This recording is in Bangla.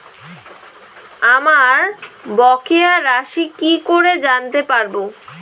আমার বকেয়া রাশি কি করে জানতে পারবো?